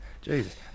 Jesus